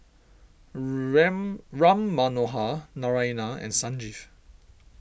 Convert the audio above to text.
Ram Ram Manohar Naraina and Sanjeev